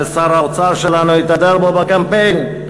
ששר האוצר שלנו התהדר בו בקמפיין?